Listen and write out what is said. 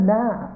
now